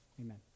Amen